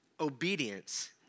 Obedience